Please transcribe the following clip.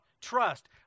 trust